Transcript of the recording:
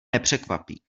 nepřekvapí